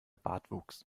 bartwuchs